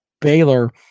Baylor